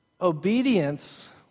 obedience